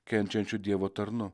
kenčiančiu dievo tarnu